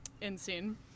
insane